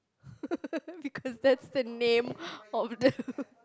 because that's the name of the